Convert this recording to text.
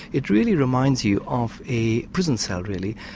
it really reminds you of a prison cell really.